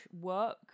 work